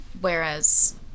whereas